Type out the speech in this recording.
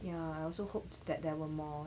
ya I also hoped that there were more